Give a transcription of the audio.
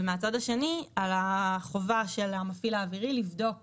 ומהצד השני על החובה של המפעיל האווירי לבדוק